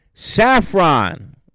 Saffron